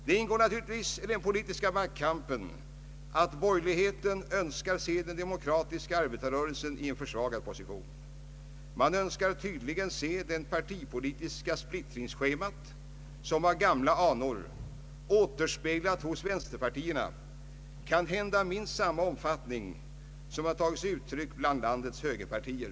Det ingår naturligtvis i den politiska maktkampen att borgerligheten önskar se den demokratiska arbetarrörelsen i en försvagad position. Man önskar tydligen se det partipolitiska splittringsschemat, som har gamla anor, återspeglat hos vänsterpartierna, kanske i minst samma omfattning som det förekommit bland landets högerpartier.